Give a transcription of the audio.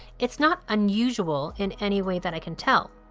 it's not unusual in any way that i can tell.